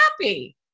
happy